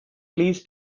least